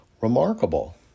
remarkable